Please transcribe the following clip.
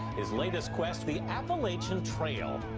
his latest quest, the appalachian trail.